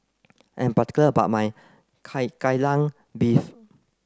I'm particular about my Kai Gai Lan beef